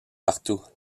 partout